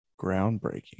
Groundbreaking